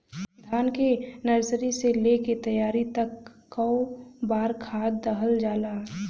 धान के नर्सरी से लेके तैयारी तक कौ बार खाद दहल जाला?